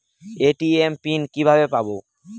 ATM PIN কিভাবে পাবো?